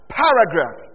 paragraph